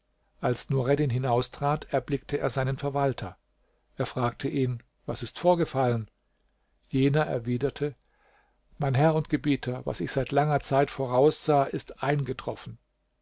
als nureddin hinaustrat erblickte er seinen verwalter er fragte ihn was ist vorgefallen jener erwiderte mein herr und gebieter was ich seit langer zeit voraussah ist eingetroffen